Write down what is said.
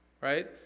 right